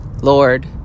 Lord